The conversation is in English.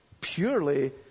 purely